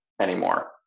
anymore